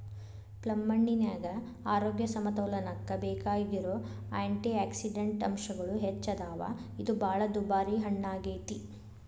ಪ್ಲಮ್ಹಣ್ಣಿನ್ಯಾಗ ಆರೋಗ್ಯ ಸಮತೋಲನಕ್ಕ ಬೇಕಾಗಿರೋ ಆ್ಯಂಟಿಯಾಕ್ಸಿಡಂಟ್ ಅಂಶಗಳು ಹೆಚ್ಚದಾವ, ಇದು ಬಾಳ ದುಬಾರಿ ಹಣ್ಣಾಗೇತಿ